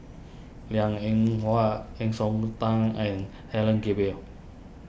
Liang Eng Hwa Heng Siok Tan and Helen Gilbey